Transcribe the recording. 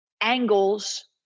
angles